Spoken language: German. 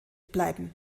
bleiben